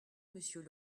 monsieur